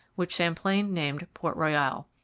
which champlain named port royal.